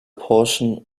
portion